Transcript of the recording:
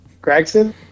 Gregson